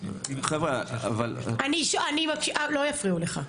לא יפריעו לך.